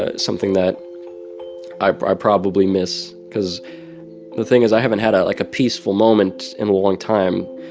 ah something that i i probably miss because the thing is i haven't had a like, a peaceful moment in a long time.